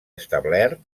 establert